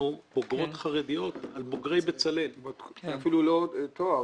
זה אפילו לא תואר.